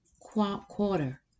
quarter